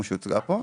כפי שהוצגה פה.